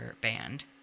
band